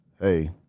hey